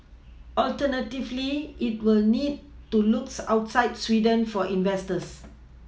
alternatively it will need to looks outside Sweden for investors